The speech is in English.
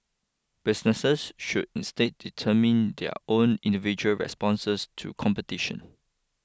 businesses should instead determine their own individual responses to competition